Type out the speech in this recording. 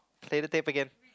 play the tape again